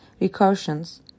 recursions